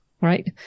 right